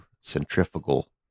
centrifugal